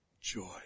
joy